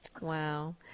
Wow